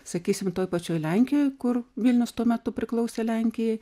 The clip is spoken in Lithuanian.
sakysim toj pačioj lenkijoj kur vilnius tuo metu priklausė lenkijai